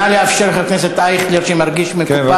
נא לאפשר לחבר אייכלר, שמרגיש מקופח.